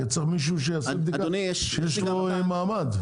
אני צריך מישהו שיעשה בדיקה, שיש לו מעמד.